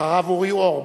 אחריו, אורי אורבך.